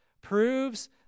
proves